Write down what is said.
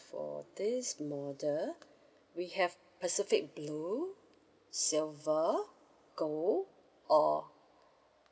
for this model we have pacific blue silver gold or